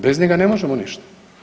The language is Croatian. Bez njega ne možemo ništa.